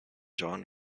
john